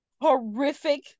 horrific